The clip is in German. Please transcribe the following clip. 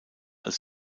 als